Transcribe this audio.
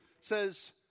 says